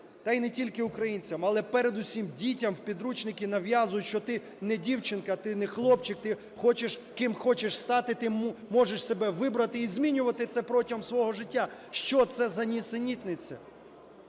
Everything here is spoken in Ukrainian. та й не тільки українцям, але передусім дітям в підручники нав'язують, що ти не дівчинка, ти не хлопчик, ти ким хочеш стати, ти можеш себе вибрати і змінювати це протягом свого життя. Що це за нісенітниця?!